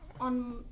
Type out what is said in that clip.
on